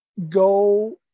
Go